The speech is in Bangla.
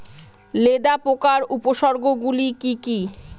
লেদা পোকার উপসর্গগুলি কি কি?